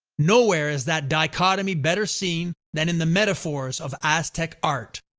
nowhere is that dichotomy better seen than in the metaphors of aztec art.